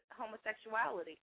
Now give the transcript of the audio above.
homosexuality